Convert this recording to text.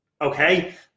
okay